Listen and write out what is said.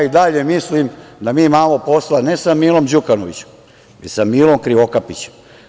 Ja i dalje mislim da mi imamo posla ne samo Milom Đukanovićem, već sa Milom Krivokapićem.